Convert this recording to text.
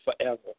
forever